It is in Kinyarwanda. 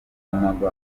amagambo